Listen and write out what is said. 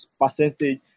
percentage